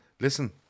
listen